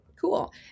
cool